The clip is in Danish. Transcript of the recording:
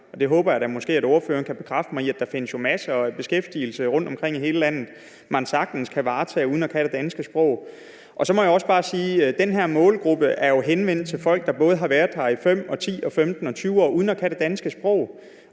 det håber jeg da at ordføreren måske kan bekræfte mig i. Der findes jo masser af beskæftigelse rundtomkring i hele landet, man sagtens kan varetage uden at kunne det danske sprog. Så må jeg også bare sige, at det her med den målgruppe er henvendt til folk, der har været her i både 5, 10, 15 og 20 år uden at kunne det dansk sprog.